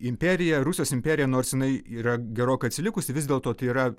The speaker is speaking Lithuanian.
imperija rusijos imperija nors jinai yra gerokai atsilikusi vis dėlto tai yra